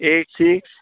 eight six